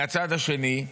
מהצד השני,